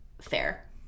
fair